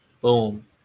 Boom